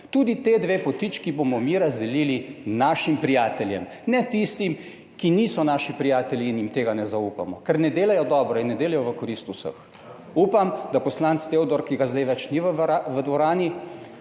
tudi ti dve potički bomo mi razdelili našim prijateljem, ne tistim, ki niso naši prijatelji in jim tega ne zaupamo. Ker ne delajo dobro in ne delajo v korist vseh." Upam, da poslanec Teodor, ki ga zdaj več ni v dvorani,